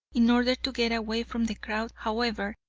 in order to get away from the crowd, however,